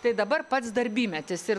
tai dabar pats darbymetis ir